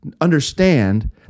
understand